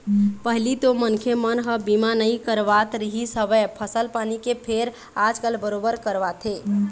पहिली तो मनखे मन ह बीमा नइ करवात रिहिस हवय फसल पानी के फेर आजकल बरोबर करवाथे